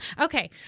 Okay